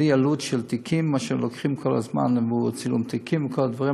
בלי עלות של תיקים: מה שהם לוקחים כל הזמן עבור צילום תיקים וכל הדברים,